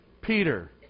Peter